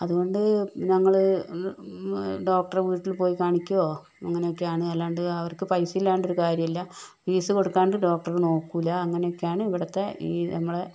അതുകൊണ്ട് ഞങ്ങള് ഡോക്ടറെ വീട്ടിൽ പോയി കാണിക്കുവോ അങ്ങനെയൊക്കെയാണ് അല്ലാതെ അവർക്ക് പൈസ ഇല്ലാതെ ഒരു കാര്യമില്ല ഫീസ് കൊടുക്കാതെ ഡോക്ടറ് നോക്കുകയില്ല അങ്ങനൊക്കെയാണ് ഇവിടുത്തെ ഈ നമ്മളുടെ